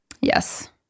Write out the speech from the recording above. Yes